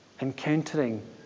encountering